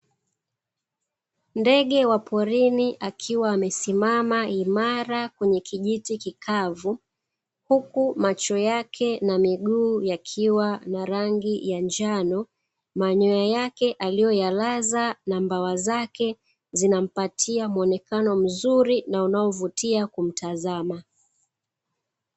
Ndege wa porini, akiwa amesimama imara kwenye kijiti kikavu, huku macho yake na miguu yakiwa na rangi ya njano, manyoya yake aliyoyalaza na mbawa zake zinampatia mwonekano mzuri na unaovutia kumtazama.